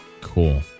cool